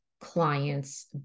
clients